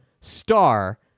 Star